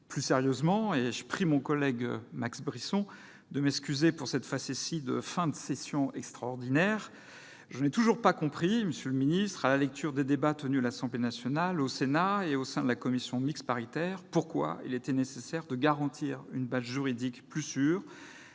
niveau réglementaire ». Je prie mon collègue Max Brisson de m'excuser pour cette facétie de fin de session extraordinaire ! Plus sérieusement, je n'ai toujours pas compris, monsieur le ministre, à la lecture des débats qui se sont tenus à l'Assemblée nationale, au Sénat et au sein de la commission mixte paritaire, pourquoi il était nécessaire de garantir une base juridique plus sûre